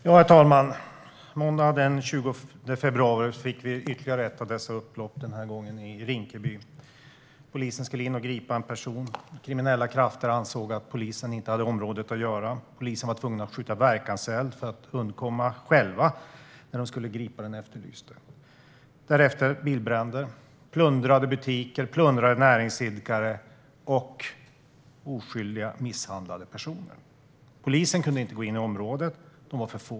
Herr talman! Måndagen den 20 februari skedde ytterligare ett av dessa upplopp, den här gången i Rinkeby. Polisen skulle in och gripa en person. Kriminella krafter ansåg att polisen inte hade i området att göra. Poliserna var tvungna att skjuta verkanseld för att själva undkomma när de skulle gripa den efterlyste. Därefter var det bilbränder, plundrade butiker, plundrade näringsidkare och oskyldiga misshandlade personer. Poliserna kunde inte gå in i området. De var för få.